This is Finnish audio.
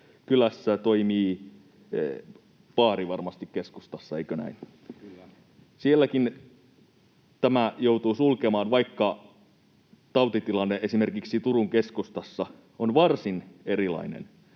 kylässä toimii baari varmasti keskustassa — eikö näin? [Mikko Lundén: Kyllä!] — niin sielläkin tämä joutuu sulkemaan, vaikka tautitilanne esimerkiksi Turun keskustassa on varsin erilainen.